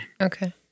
Okay